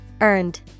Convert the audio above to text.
Earned